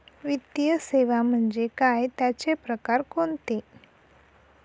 वित्तीय सेवा म्हणजे काय? त्यांचे प्रकार कोणते?